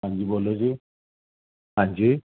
ਹਾਂਜੀ ਬੋਲੋ ਜੀ ਹਾਂਜੀ